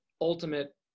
ultimate